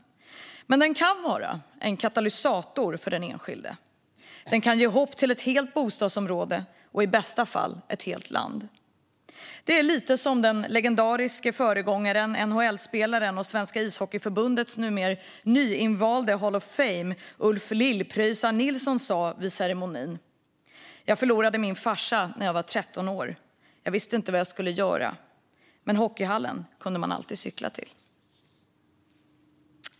Men den kan vara en katalysator för den enskilde. Den kan ge hopp till ett helt bostadsområde - och i bästa fall ett helt land. Det är lite som den legendariske föregångaren, NHL-spelaren och Svenska Ishockeyförbundets numera nyinvalde spelare i Hall of Fame, Ulf Lill-Pröjsarn Nilsson, sa vid ceremonin: Jag förlorade min farsa när jag var 13 år. Jag visste inte vad jag skulle göra. Men hockeyhallen kunde man alltid cykla till.